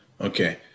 Okay